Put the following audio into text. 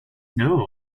known